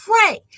pray